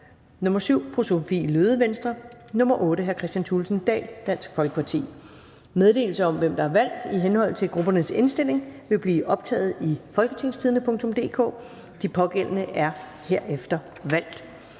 (V) 7 Sophie Løhde (V) 8 Kristian Thulesen Dahl (DF). Meddelelse om, hvem der er valgt i henhold til gruppernes indstilling, vil blive optaget i www.folketingstidende.dk (jf. ovenfor). De pågældende er herefter valgt.